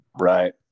Right